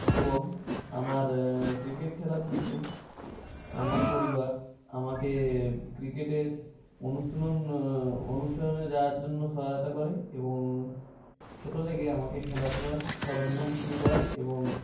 এবং আমার ক্রিকেট খেলার দিকে আমার পরিবার আমাকে ক্রিকেটের অনুশীলন অনুশীলনে যাওয়ার জন্য সহায়তা করে এবং ছোটো থেকে আমাকে খেলাধুলার সরঞ্জাম কিনে দেওয়া এবং